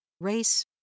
race